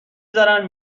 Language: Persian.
زارن